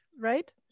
right